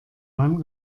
man